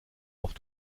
off